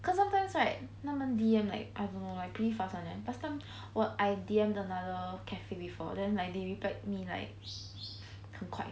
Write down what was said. cause sometimes right 他们 D_M like I don't know like pretty fast [one] eh last time I D_M the another cafe before then like they replied me like 很快